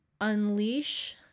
unleash